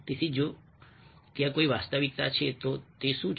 તેથી જો ત્યાં કોઈ વાસ્તવિકતા છે સારું તે શું છે